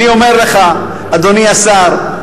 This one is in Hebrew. אדוני השר,